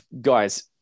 guys